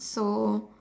so